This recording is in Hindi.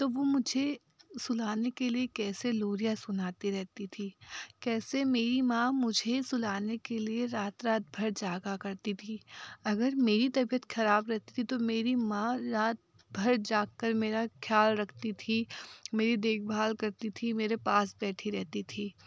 तो वह मुझे सुलाने के लिए कैसे लोरियाँ सुनाते रहती थी कैसे मेरी माँ मुझे सुलाने के लिए रात रात भर जागा करती थी अगर मेरी तबियत खराब रहती थी तो मेरी माँ रात भर जाग कर मेरा ख्याल रखती थी मेरी देखभाल करती थी मेरे पास बैठी रहती थी